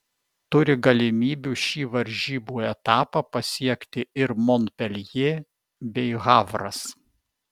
turi galimybių šį varžybų etapą pasiekti ir monpeljė bei havras